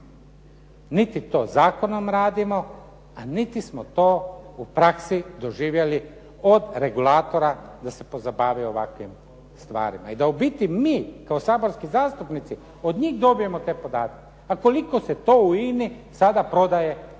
niti to zakonom radimo, a niti smo to u praksi doživjeli od regulatora da se pozabave ovakvim stvarima. I da u biti mi kao saborski zastupnici od njih dobijemo te podatke. Pa koliko se to u INA-i sada prodaje hrane,